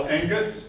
Angus